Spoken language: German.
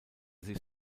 sich